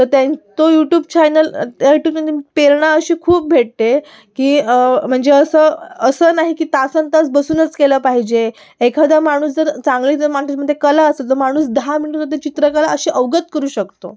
तर त्या तो युट्यूब चायनल त्या युट्यूबमधून पेरणा अशी खूप भेटते की म्हणजे असं असं नाही की तासंतास बसूनच केलं पाहिजे एखादा माणूस जर चांगली जर माणसामध्ये कला असली तर माणूस दहा मिनटामध्ये चित्रकला अशी अवगत करू शकतो